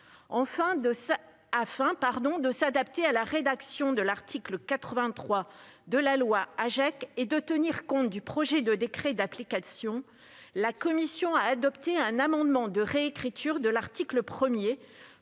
océans. Afin de s'adapter à la rédaction de l'article 83 de la loi AGEC et de tenir compte du projet de décret d'application, la commission a adopté un amendement de réécriture de l'article 1